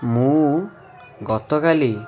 ମୁଁ ଗତକାଲି